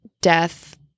Death